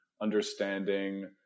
understanding